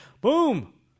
boom